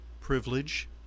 privilege